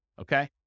okay